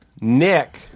Nick